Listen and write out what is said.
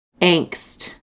angst